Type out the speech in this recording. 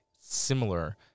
similar